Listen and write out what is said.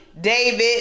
David